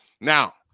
Now